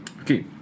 Okay